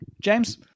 James